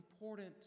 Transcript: important